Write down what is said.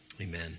amen